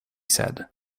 said